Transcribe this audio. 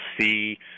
see